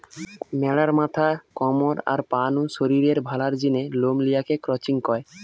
ম্যাড়ার মাথা, কমর, আর পা নু শরীরের ভালার জিনে লম লিয়া কে ক্রচিং কয়